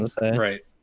Right